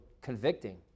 convicting